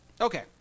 Okay